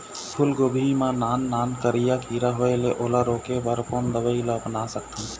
फूलगोभी मा नान नान करिया किरा होयेल ओला रोके बर कोन दवई ला अपना सकथन?